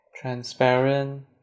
Transparent